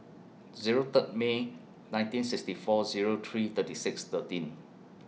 Zero Third May nineteen sixty four Zero three thirty six thirteen